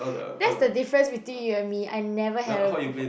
that's the difference between you and me I never have a